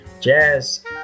jazz